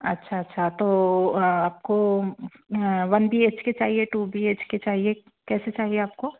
अच्छा अच्छा तो आपको वन बी एच के चाहिए टू बी एच के चाहिए कैसे चाहिए आपको